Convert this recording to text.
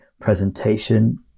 presentation